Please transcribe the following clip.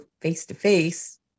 face-to-face